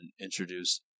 introduce